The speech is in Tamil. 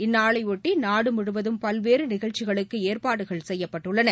இந்நாளையொட்டி நாடுமுழுவதும் பல்வேறுநிகழ்ச்சிகளுக்குஏற்பாடுகள் செய்யப்பட்டுள்ளன